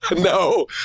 No